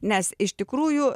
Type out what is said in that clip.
nes iš tikrųjų